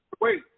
Wait